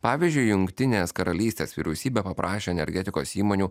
pavyzdžiui jungtinės karalystės vyriausybė paprašė energetikos įmonių